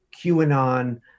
QAnon